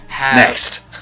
Next